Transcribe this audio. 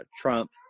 Trump